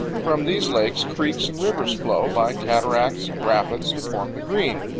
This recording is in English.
from these lakes creeks and rivers flow, by cataracts and rapids, to form the green.